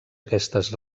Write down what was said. aquestes